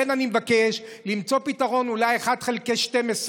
לכן אני מבקש למצוא פתרון, אולי 1 חלקי 12,